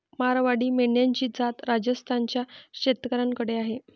मारवाडी मेंढ्यांची जात राजस्थान च्या शेतकऱ्याकडे आहे